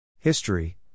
History